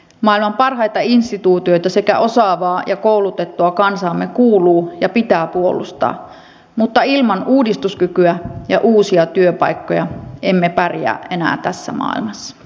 maailman parhaita instituutioita sekä osaavaa ja koulutettua kansaamme kuuluu ja pitää puolustaa mutta ilman uudistuskykyä ja uusia työpaikkoja emme pärjää enää tässä maailmassa